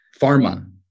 Pharma